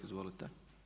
Izvolite.